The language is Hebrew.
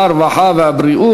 מעבודה